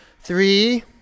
Three